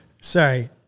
Sorry